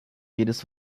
jedes